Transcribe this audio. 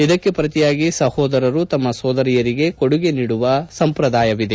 ಇದಕ್ಕೆ ಪ್ರತಿಯಾಗಿ ಸಹೋದರರು ತಮ್ಮ ಸೋದರಿಯರಿಗೆ ಕೊಡುಗೆ ನೀಡುವ ಸಂಪ್ರದಾಯವಿದೆ